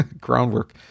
groundwork